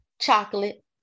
chocolate